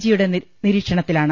ജിയുടെ നിരീക്ഷ ണത്തിലാണ്